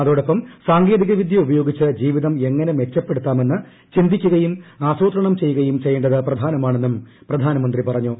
അതോടൊപ്പം സാങ്കേതികവിദ്യ ഉപയോഗിച്ച് ജീവിതം എങ്ങനെ മെച്ചപ്പെടുത്താമെന്ന് ചിന്തിക്കുകയും ആസൂത്രണം ചെയ്യുകയും ചെയ്യേണ്ടത് പ്രധാനമാണെന്നും പ്രധാനമന്ത്രി പറഞ്ഞു